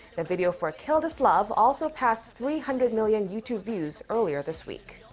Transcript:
the video for kill this love also passed three hundred million youtube views earlier this week.